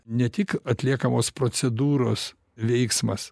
ne tik atliekamos procedūros veiksmas